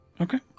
Okay